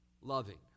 loving